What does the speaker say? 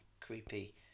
creepy